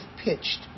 pitched